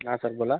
हा सर बोला